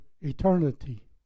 eternity